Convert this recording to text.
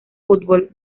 fútbol